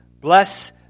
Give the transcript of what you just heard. Bless